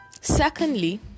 secondly